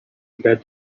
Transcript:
that